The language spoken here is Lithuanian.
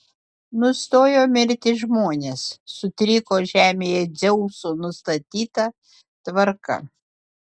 nustojo mirti žmonės sutriko žemėje dzeuso nustatyta tvarka